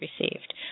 received